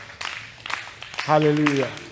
Hallelujah